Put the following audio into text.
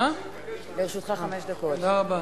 תודה רבה.